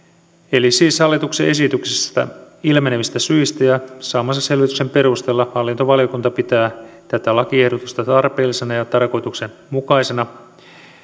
siis hallituksen esityksestä ilmenevistä syistä ja saamansa selvityksen perusteella hallintovaliokunta pitää tätä lakiehdotusta tarpeellisena ja tarkoituksenmukaisena